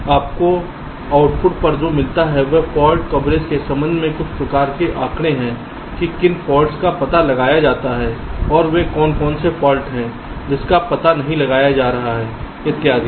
इसलिए आपको आउटपुट पर जो मिलता है वह फाल्ट कवरेज के संबंध में कुछ प्रकार के आंकड़े हैंकी किन फॉल्ट्स का पता लगाया जाता है और वे कौन से फाल्ट हैं जिनका पता नहीं लगाया जा रहा है इत्यादि